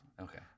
Okay